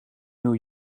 new